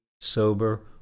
sober